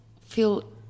feel